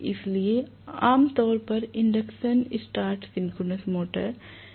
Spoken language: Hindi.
इसलिए इन्हें आम तौर पर इंडक्शन स्टार्ट सिंक्रोनस मोटर्स के रूप में जाना जाता है